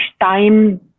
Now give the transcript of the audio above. time